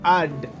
add